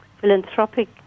philanthropic